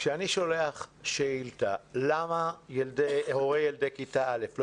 כשאני שולו שאילתה ושואל למה ילדי הורי כיתה א' לא